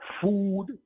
food